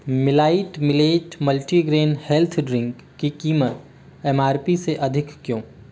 मिलाइट millet multigrain health drink की कीमत M R P से अधिक क्यों